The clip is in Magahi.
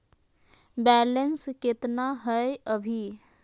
बैलेंस केतना हय अभी?